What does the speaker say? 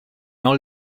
all